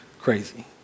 crazy